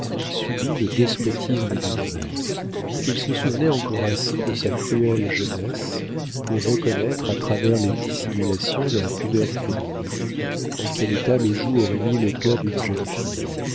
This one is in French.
subi le despotisme d'une mère il se souvenait encore assez de sa cruelle jeunesse pour reconnaître à travers les dissimulations de la pudeur féminine en quel état le joug aurait mis le cœur d'une jeune fille